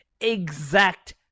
Exact